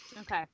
Okay